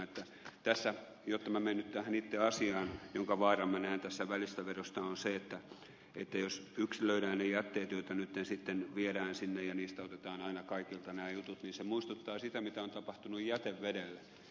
minä menen nyt tähän itse asiaan eli siihen minkä vaaran minä näen tässä välistävedossa ja se on se että jos yksilöidään ne jätteet joita nyt viedään sinne ja niistä otetaan aina kaikilta nämä jutut niin se muistuttaa sitä mitä on tapahtunut jätevedelle